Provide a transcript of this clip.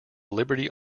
liberty